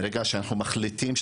מה שאמרו החברים,